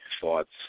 thoughts